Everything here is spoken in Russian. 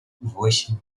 восемь